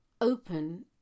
open